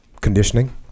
conditioning